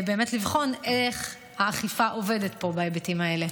באמת לבחון איך האכיפה עובדת פה בהיבטים האלה.